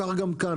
כך גם כאן.